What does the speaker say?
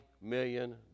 million